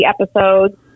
episodes